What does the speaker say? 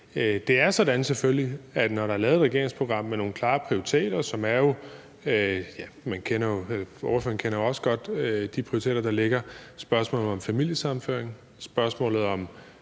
det er selvfølgelig sådan, at når der er lavet et regeringsprogram med nogle klare prioriteter – spørgeren kender jo også godt de prioriteter, der ligger: spørgsmålet om familiesammenføring, spørgsmålet om